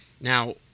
Now